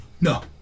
No